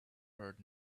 heard